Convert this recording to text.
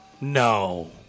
No